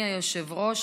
אדוני היושב-ראש,